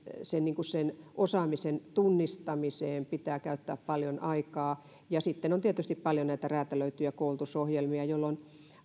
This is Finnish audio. sen osaamisen tunnistamiseen pitää käyttää paljon aikaa ja sitten on tietysti paljon näitä räätälöityjä koulutusohjelmia jolloin